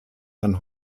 man